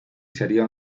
sería